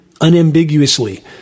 unambiguously